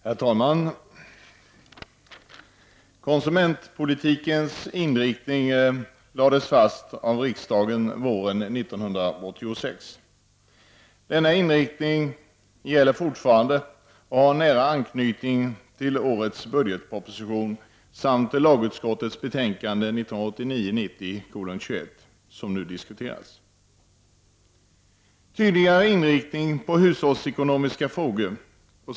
Herr talman! Konsumentpolitikens inriktning lades fast av riksdagen våren 1986. Denna inriktning gäller fortfarande och har nära anknytning till årets budgetproposition samt lagutskottets betänkande 1989/90:21, som nu diskuteras. Den innebär: — Tydligare inriktning på hushållsekonomiska frågor.